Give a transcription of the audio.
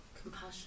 compassion